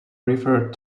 referred